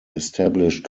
established